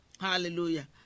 Hallelujah